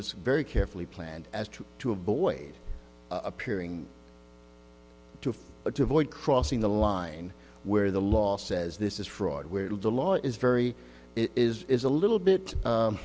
was very carefully planned to avoid appearing to avoid crossing the line where the law says this is fraud where the law is very it is a little bit